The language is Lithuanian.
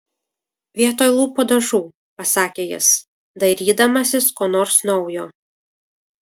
vietoj lūpų dažų pasakė jis dairydamasis ko nors naujo